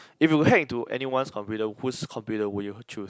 if you were to hack into anyone's computer who's computer would you choose